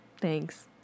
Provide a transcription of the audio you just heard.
thanks